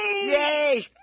Yay